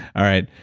all right,